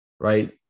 right